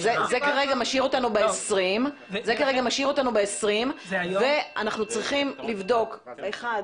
זה כרגע משאיר אותנו ב-20 אנשים ואנחנו צריכים לבדוק האם